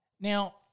Now